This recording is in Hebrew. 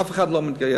אף אחד לא מתגייס.